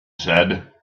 said